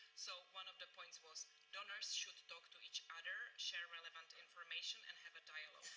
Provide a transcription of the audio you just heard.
so one of the points was donors should talk to each other, share relevant information, and have a dialogue.